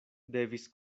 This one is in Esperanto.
devis